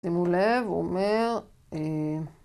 שימו לב הוא אומר